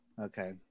Okay